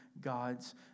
God's